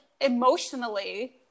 emotionally